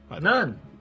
None